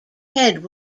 head